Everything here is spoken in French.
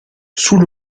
sous